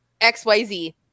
XYZ